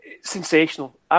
sensational